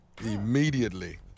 Immediately